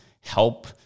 help